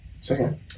Second